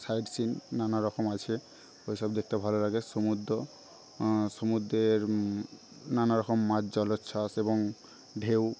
site scene নানারকম আছে ওইসব দেখতে ভাল লাগে সমুদ্র সমুদ্রের নানারকম মাছ জলোচ্ছ্বাস এবং ঢেউ